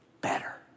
better